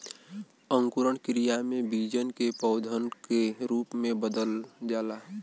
अंकुरण क्रिया में बीजन के पौधन के रूप में बदल जाला